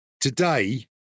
Today